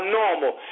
normal